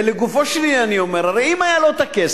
ולגופו של עניין אני אומר: הרי אם היה לו הכסף